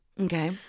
Okay